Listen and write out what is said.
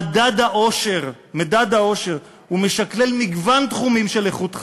המכונה גם "מדד האושר" ומשקלל מגוון תחומים של איכות חיים,